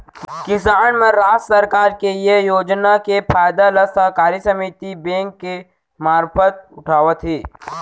किसान मन राज सरकार के ये योजना के फायदा ल सहकारी समिति बेंक के मारफत उठावत हें